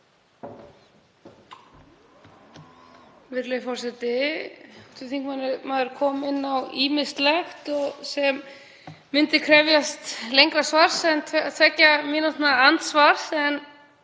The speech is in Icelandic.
Virðulegi forseti. Hv. þingmaður kom inn á ýmislegt sem myndi krefjast lengra svars en tveggja mínútna andsvars.